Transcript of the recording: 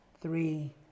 three